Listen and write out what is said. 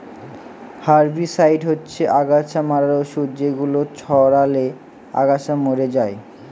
herbicide হচ্ছে অগাছা মারার ঔষধ যেগুলো ছড়ালে আগাছা মরে যায়